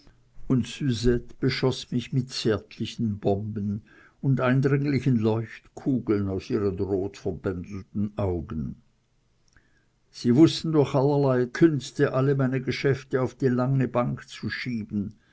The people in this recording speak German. und susette beschoß mich mit zärtlichen bomben und eindringlichen leuchtkugeln aus ihren rotverbändelten augen sie wußten durch tausenderlei künste alle meine geschäfte auf die lange bank zu schieben